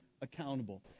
accountable